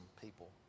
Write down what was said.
people